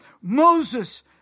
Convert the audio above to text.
Moses